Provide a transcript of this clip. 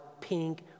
pink